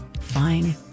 Fine